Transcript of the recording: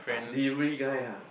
delivery guy ah